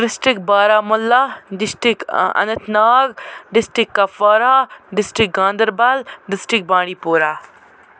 district Baramulla district Anantnag district Kupwara district Ganderbal district بانڈی پورا